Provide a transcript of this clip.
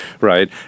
right